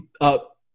up